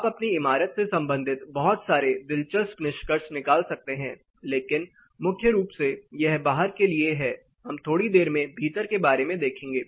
आप अपनी इमारत से संबंधित बहुत सारे दिलचस्प निष्कर्ष निकाल सकते हैं लेकिन मुख्य रूप से यह बाहर के लिए है हम थोड़ी देर में भीतर के बारे में देखेंगे